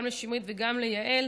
גם לשמרית וגם ליעל,